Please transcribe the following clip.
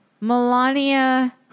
Melania